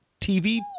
TV